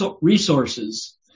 resources